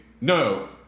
No